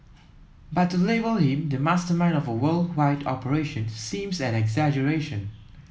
but to label him the mastermind of a worldwide operation seems an exaggeration